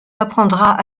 apprendra